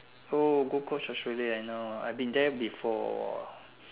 oh gold coast Australia I know I've been there before